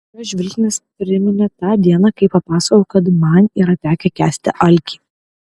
jo žvilgsnis priminė tą dieną kai papasakojau kad man yra tekę kęsti alkį